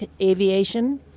aviation